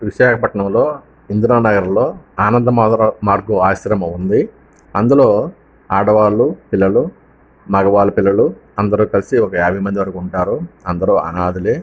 విశాఖపట్నంలో ఇందిర నగర్లో ఆనంద మధురా మార్గం ఆశ్రమం ఉంది అందులో ఆడవారు పిల్లలు మగవాళ్ళ పిల్లలు అందరూ కలిసి ఒక యాభై మంది వరకు ఉంటారు అందరూ అనాథలే